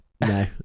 No